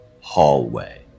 hallway